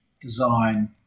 design